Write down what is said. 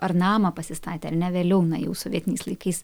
ar namą pasistatę ar ne vėliau na jau sovietiniais laikais